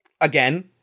again